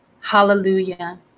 hallelujah